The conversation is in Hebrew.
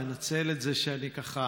לנצל את זה שאני ככה